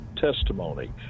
testimony